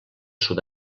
sud